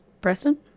Preston